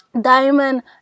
Diamond